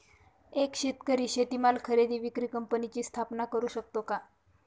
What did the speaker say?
एक शेतकरी शेतीमाल खरेदी विक्री कंपनीची स्थापना करु शकतो का?